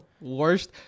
Worst